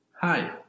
Hi